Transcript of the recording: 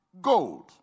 gold